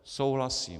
Souhlasím.